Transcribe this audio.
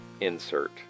insert